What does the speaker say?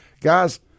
Guys